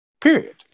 period